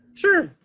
sure!